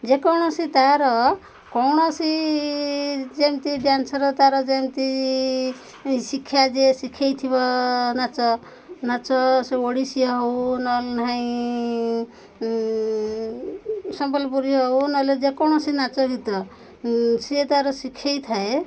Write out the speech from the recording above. ଯେକୌଣସି ତାର କୌଣସି ଯେମିତି ଡ୍ୟାନ୍ସର ତାର ଯେମିତି ଶିକ୍ଷା ଯିଏ ଶିଖେଇଥିବ ନାଚ ନାଚ ସେ ଓଡ଼ିଶୀ ହଉ ନହେଲେ ନାଇଁ ସମ୍ବଲପୁରୀ ହଉ ନହଲେ ଯେକୌଣସି ନାଚ ଗୀତ ସିଏ ତାର ଶିଖେଇଥାଏ